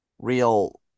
real